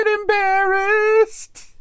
embarrassed